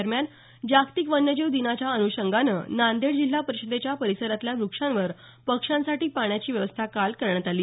दरम्यान जागतिक वन्यजीव दिनाच्या अनुषंगानं नांदेड जिल्हा परिषदेच्या परिसरातल्या व्रक्षांवर पक्षांसाठी पाण्याची व्यवस्था काल करण्यात आली